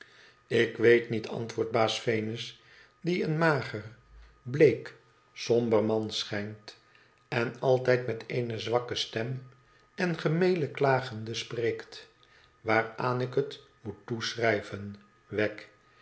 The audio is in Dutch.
ik weet niet antwoordt baas venus die een mager bleek somber man schijnt en altijd met eene zwakke stem en gemelijk klagende spreekt waaraan ik het moet toeschrijven